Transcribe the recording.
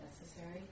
necessary